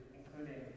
including